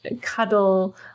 cuddle